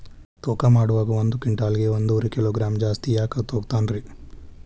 ತೂಕಮಾಡುವಾಗ ಒಂದು ಕ್ವಿಂಟಾಲ್ ಗೆ ಒಂದುವರಿ ಕಿಲೋಗ್ರಾಂ ಜಾಸ್ತಿ ಯಾಕ ತೂಗ್ತಾನ ರೇ?